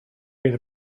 bydd